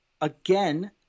again